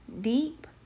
deep